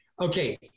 Okay